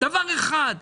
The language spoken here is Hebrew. דבר אחד,